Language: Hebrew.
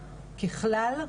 ככלל,